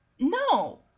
No